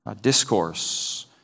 discourse